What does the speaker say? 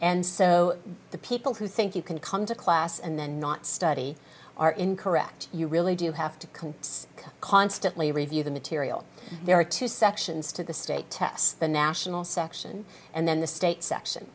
and so the people who think you can come to class and not study are incorrect you really do have to confess constantly review the material there are two sections to the state tests the national section and then the state section